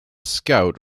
scout